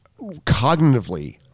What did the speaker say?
Cognitively